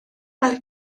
gael